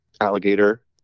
alligator